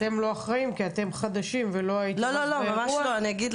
אתם לא אחראים כי אתם חדשים ולא הייתם אז באירוע.